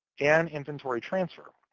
and inventory transfer.